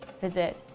visit